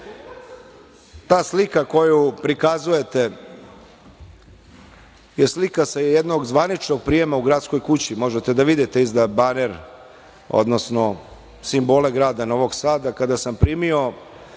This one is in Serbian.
slika koju prikazujete je slika sa jednog zvaničnog prijema u Gradskoj kući. Možete da vidite iza Barer, odnosno simbole grada Novog Sada, kada sam primio